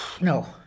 No